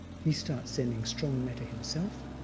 he starts sending strong metta himself,